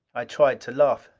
i tried to laugh.